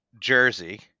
Jersey